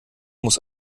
muss